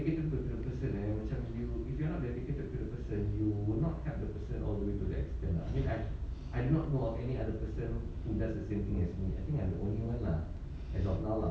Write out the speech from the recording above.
if you put your personal check with you if you want to be educated the person you would not help the person all the way to that at I not go or any other person does the same thing as you and only you lah as of now lah